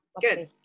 Good